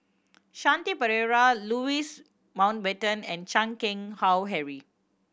Shanti Pereira Louis Mountbatten and Chan Keng Howe Harry